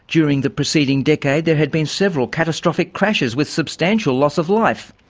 during the preceding decade there had been several catastrophic crashes with substantial loss of life.